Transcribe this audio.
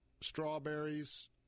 strawberries